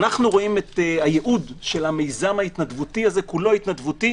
הייעוד של המיזם ההתנדבותי הזה כולו התנדבותי